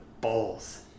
balls